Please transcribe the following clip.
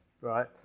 right